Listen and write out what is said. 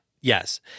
Yes